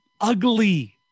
ugly